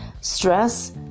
Stress